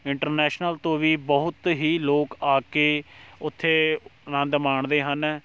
international ਤੋਂ ਵੀ ਬਹੁਤ ਹੀ ਲੋਕ ਆ ਕੇ ਉੱਥੇ ਅਨੰਦ ਮਾਣਦੇ ਹਨ